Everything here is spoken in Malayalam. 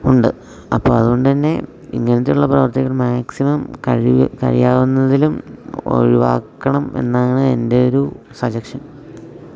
ഉണ്ട് അപ്പം അതുകൊണ്ടുതന്നെ ഇങ്ങനെയുള്ള പ്രവർത്തികൾ മാക്സിമം കഴിവ് കഴിയാവുന്നതിലും ഒഴിവാക്കണം എന്നാണ് എൻ്റെ ഒരു സജഷൻ